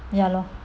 ya lor